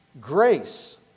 Grace